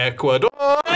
Ecuador